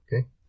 Okay